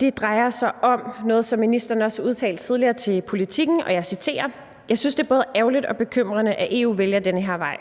Det drejer sig om noget, som ministeren har udtalt tidligere til Politiken, nemlig: »Jeg synes, at det er både ærgerligt og bekymrende, at EU vælger den her vej.